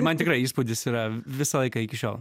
man tikrai įspūdis yra visą laiką iki šiol